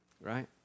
Right